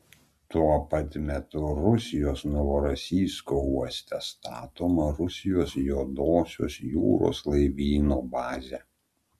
tuo pat metu rusijos novorosijsko uoste statoma rusijos juodosios jūros laivyno bazė